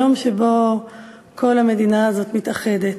היום שבו כל המדינה הזאת מתאחדת.